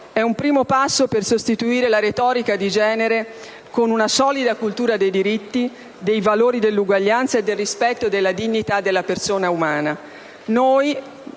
è un primo passo per sostituire la retorica di genere con una solida cultura dei diritti, dei valori dell'uguaglianza e del rispetto della dignità della persona umana.